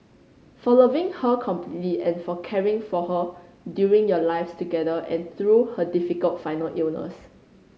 for loving her completely and for caring for her during your lives together and through her difficult final illness